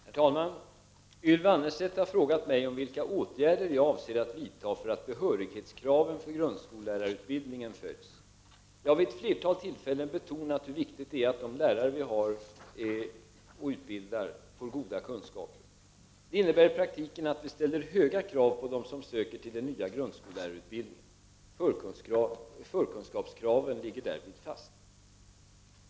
Herr talman! Ylva Annerstedt har frågat mig om vilka åtgärder jag avser att vidta för att behörighetskraven för grundskollärarutbildningen följs. Jag har vid ett flertal tillfällen betonat hur viktigt det är att de lärare vi utbildar har goda kunskaper. Detta innebär i praktiken att vi ställer höga krav på dem som söker till den nya grundskollärarutbildningen. Förkunskapskraven ligger därför fast.